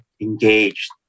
engaged